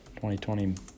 2020